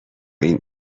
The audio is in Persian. این